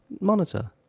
monitor